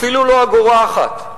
אפילו לא אגורה אחת,